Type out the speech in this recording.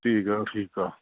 ਠੀਕ ਆ ਠੀਕ ਆ